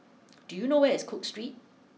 do you know where is cook Street